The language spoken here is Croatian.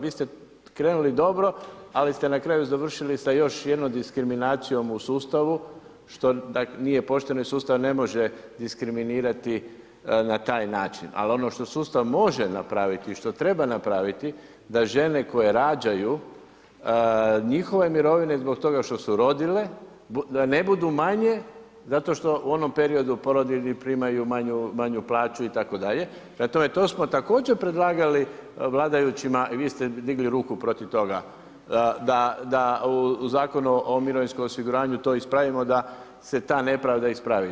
Vi ste krenuli dobro, ali ste na kraju završili sa još jednom diskriminacijom u sustavu što nije pošteno jer sustav ne može diskriminirati na taj način, ali ono što sustav može napraviti i što treba napraviti, da žene koje rađaju, njihove mirovine zbog toga što su rodile ne budu manje zato što u onom periodu porodiljni primaju manju plaću itd. to smo također predlagali vladajućima, vi ste digli ruku protiv toga da u Zakonu o mirovinskom osiguranju to ispravimo, da se ta nepravda ispravi.